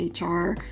HR